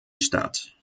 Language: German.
statt